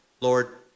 Lord